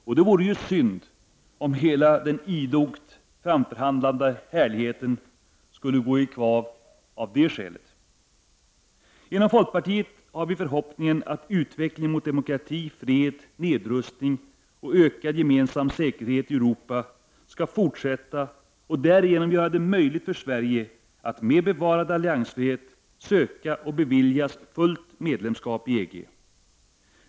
Och det vore ju synd om hela den idogt framförhandlade härligheten skulle gå i kvav av det skälet. Inom folkpartiet har vi förhoppningen att utvecklingen mot demokrati, fred, nedrustning och ökad gemensam säkerhet i Europa skall fortsätta, och därigenom göra det möjligt för Sverige att med bevarad alliansfrihet söka och beviljas fullt medlemskap i EG.